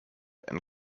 and